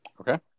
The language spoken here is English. Okay